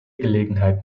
gelegenheit